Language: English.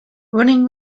running